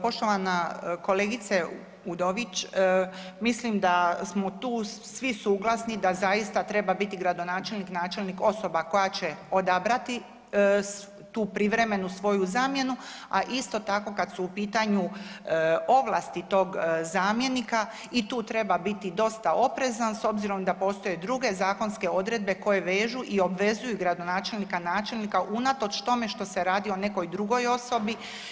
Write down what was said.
Poštovana kolegice Udović, mislim da smo tu svi suglasni da zaista treba biti gradonačelnik, načelnik osoba koja će odabrati tu privremenu svoju zamjenu a isto tako kad su u pitanju ovlasti tog zamjenika i tu treba biti dosta oprezan s obzirom da postoje druge zakonske obveze koje vežu i obvezuju gradonačelnika, načelnika unatoč tome što se radi o nekoj drugoj osobi.